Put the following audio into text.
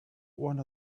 one